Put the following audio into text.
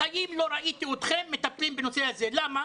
בחיים לא ראיתי אתכם מטפלים בנושא הזה, למה?